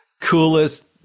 Coolest